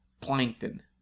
plankton